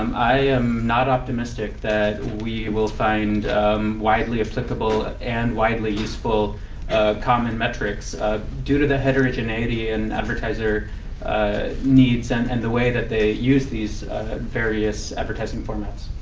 i am not optimistic that we will find widely applicable and widely useful common metrics due to the heterogeneity in advertiser ah needs and and the way that they use these various advertising formats.